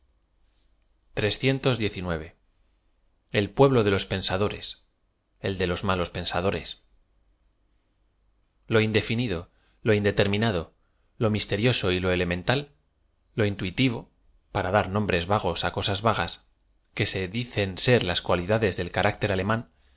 l puéhlo de lo i pensadores él de malos psn sadores l o iodefloido lo in determinado lo misterioso j lo elemental lo iutuitivo para dar nombres vagos á cosas vagas que se dicen ser las cualidades del carácter alemán